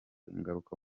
ingaruka